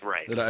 Right